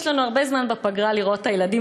יש לנו הרבה זמן בפגרה לראות את הילדים,